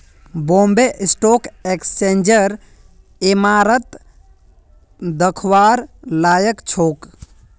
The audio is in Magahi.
बॉम्बे स्टॉक एक्सचेंजेर इमारत दखवार लायक छोक